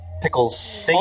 Pickles